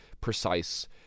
precise